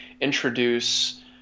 introduce